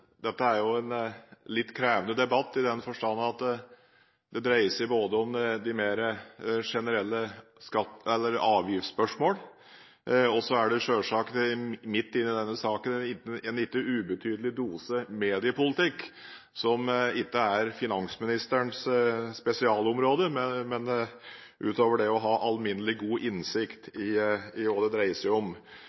dette er en litt krevende debatt, i den forstand at det dreier seg om mer generelle avgiftsspørsmål, og det er også – midt i denne saken – en ikke ubetydelig dose mediepolitikk her, som ikke er finansministerens spesialområde, utover det å ha alminnelig god innsikt i hva det dreier seg om.